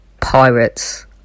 pirates